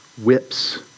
Whips